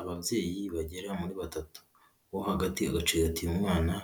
Ababyeyi bagera muri batatu uwo hagati agacigati umwana